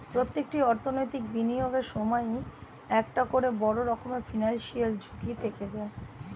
প্রত্যেকটি অর্থনৈতিক বিনিয়োগের সময়ই একটা করে বড় রকমের ফিনান্সিয়াল ঝুঁকি থেকে যায়